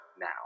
now